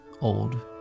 old